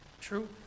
true